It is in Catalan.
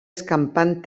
escampant